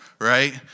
right